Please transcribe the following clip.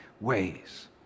ways